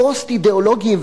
הפוסט-אידיאולוגיים,